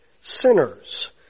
sinners